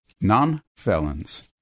Non-Felons